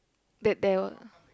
the devil